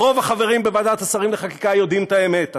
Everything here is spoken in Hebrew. רוב החברים בוועדת השרים לחקיקה יודעים את האמת.